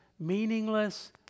Meaningless